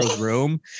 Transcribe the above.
room